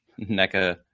NECA